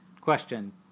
Question